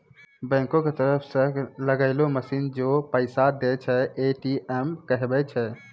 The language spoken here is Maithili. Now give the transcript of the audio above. बैंको के तरफो से लगैलो मशीन जै पैसा दै छै, ए.टी.एम कहाबै छै